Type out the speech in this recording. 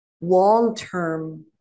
long-term